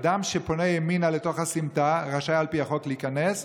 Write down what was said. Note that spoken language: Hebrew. אדם שפונה ימינה לתוך הסמטה רשאי על פי החוק להיכנס,